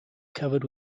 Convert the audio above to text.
covered